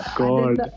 god